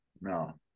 no